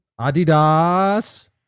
adidas